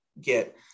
get